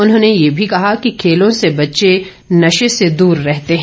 उन्होंने ये भी कहा कि खेलों से बच्चे नशे से दूर रहते हैं